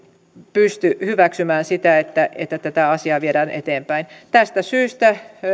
pysty hyväksymään sitä että tällä aikataululla tällä valmistelulla tätä asiaa viedään eteenpäin tästä syystä